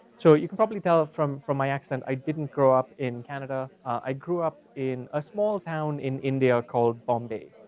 so you can probably tell from from my accent, i didn't grow up in canada, i grew up in a small town in india, called bombay.